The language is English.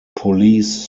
police